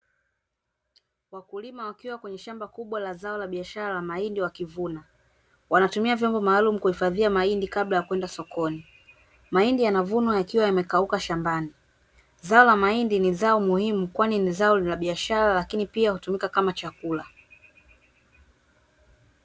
Wakulima wakiwa kwenye shamba kubwa la zao la biashara la mahindi wakivuna. Wanatumia vyombo maalumu kuhifadhia mahindi kabla ya kwenda sokoni. Mahindi yanavunwa yakiwa yamekauka shambani. Zao la mahindi ni zao muhimu kwani ni zao la biashara, lakini pia hutumika kama chakula.